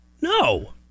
No